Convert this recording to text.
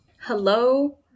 hello